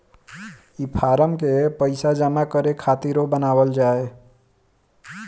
ई फारम के पइसा जमा करे खातिरो बनावल जाए